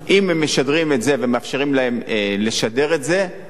אם הם משדרים את זה ומאפשרים להם לשדר את זה,